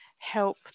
help